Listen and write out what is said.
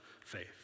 faith